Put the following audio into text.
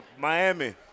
Miami